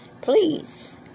Please